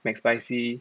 Mcspicy